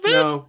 no